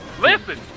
Listen